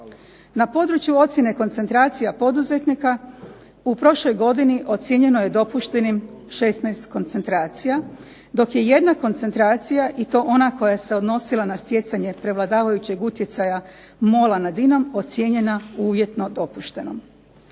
Na području ocjene koncentracija poduzetnika u prošloj godini ocijenjeno je dopuštenim 16 koncentracija dok je 1 koncentracija i to ona koja se odnosila na stjecanje prevladavajućeg utjecaja MOL-a nad INA-om ocijenjena uvjetno dopuštenom.